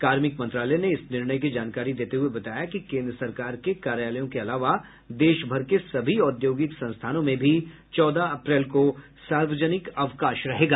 कार्मिक मंत्रालय ने इस निर्णय की जानकारी देते हुए बताया कि केन्द्र सरकार के कार्यालयों के अलावा देश भर के सभी औद्योगिक संस्थानों में भी चौदह अप्रैल को सार्वजनिक अवकाश रहेगा